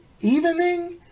Evening